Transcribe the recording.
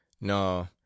no